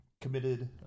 committed